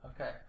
Okay